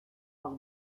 par